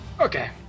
Okay